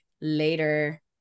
Later